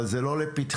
אבל זה לא לפתחה,